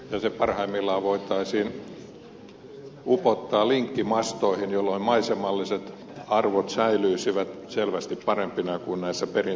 se parhaimmillaan voitaisiin upottaa linkkimastoihin jolloin maisemalliset arvot säilyisivät selvästi parempina kuin näissä perinteisissä